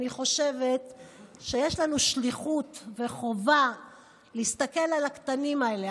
אני חושבת שיש לנו שליחות וחובה להסתכל על הקטנים האלה,